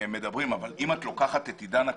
אם את לוקחת את עידן הקורונה,